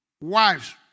Wives